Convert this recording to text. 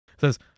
Says